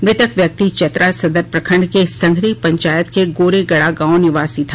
मृतक व्यक्ति चतरा सदर प्रखंड के संघरी पंचायत के गोरेगड़ा गांव निवासी था